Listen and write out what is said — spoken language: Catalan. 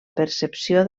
percepció